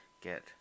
get